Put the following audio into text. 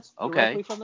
okay